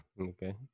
Okay